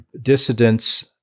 dissidents